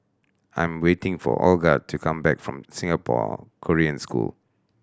I am waiting for Olga to come back from Singapore Korean School